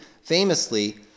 famously